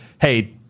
hey